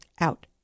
out